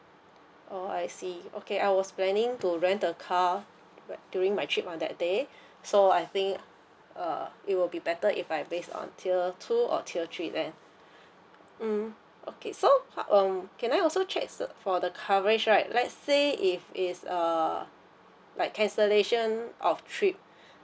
oh I see okay I was planning to rent a car right during my trip on that day so I think uh it will be better if I based on tier two or tier three then mm okay so um can I also check so for the coverage right let's say if it's uh like cancellation of trip